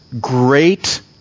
great